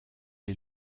est